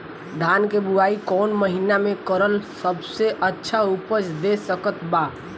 धान के बुआई कौन महीना मे करल सबसे अच्छा उपज दे सकत बा?